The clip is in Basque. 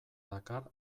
dakar